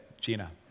Gina